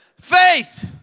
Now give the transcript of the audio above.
Faith